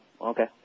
okay